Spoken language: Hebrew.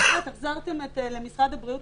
החזרתם את זה למשרד הבריאות,